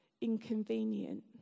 inconvenient